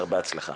הרבה הצלחה.